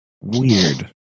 weird